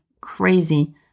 crazy